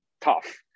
tough